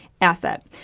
asset